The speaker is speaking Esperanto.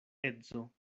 edzo